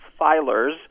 filers